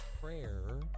prayer